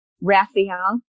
Raphael